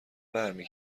برمی